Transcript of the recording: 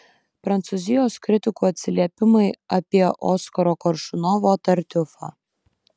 prancūzijos kritikų atsiliepimai apie oskaro koršunovo tartiufą